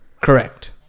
Correct